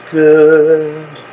good